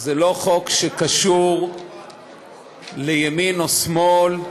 זה לא חוק שקשור לימין או שמאל.